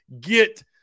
get